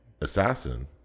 assassin